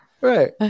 right